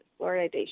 fluoridation